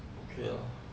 okay lor